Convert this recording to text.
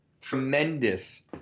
Tremendous